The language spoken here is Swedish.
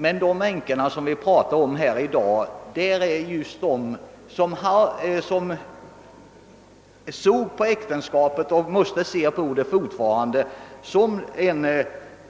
Men de änkor som vi talar om här i dag är just sådana som såg på äktenskapet och fortfarande ser på det som en, om